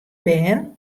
bern